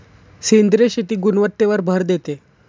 सेंद्रिय शेती गुणवत्तेवर भर देते